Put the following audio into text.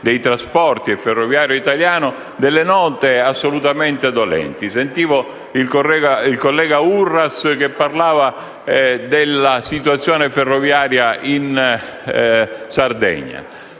dei trasporti e in quello ferroviario italiano, alcune note assolutamente dolenti. Sentivo il collega Uras parlare della situazione ferroviaria in Sardegna.